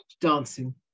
Dancing